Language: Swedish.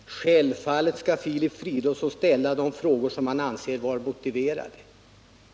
Herr talman! Självfallet skall Filip Fridolfsson ställa de frågor som han anser vara motiverade!